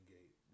Gate